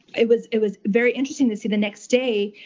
it was it was very interesting to see the next day,